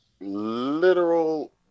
literal